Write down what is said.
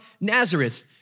Nazareth